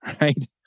Right